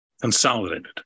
consolidated